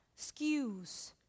skews